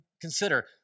consider